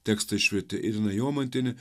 tekstą išvertė irina jomantienė